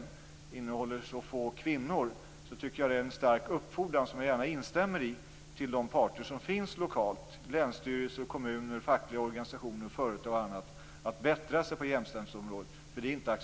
Om de innehåller så få kvinnor, instämmer jag gärna i en stark uppfordran till de parter som finns lokalt - länsstyrelser, kommuner, fackliga organisationer, företag m.fl. - att bättra sig på jämställdhetsområdet.